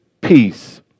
peace